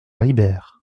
ribeyre